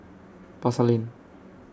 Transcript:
Pasar Lane